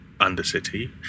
Undercity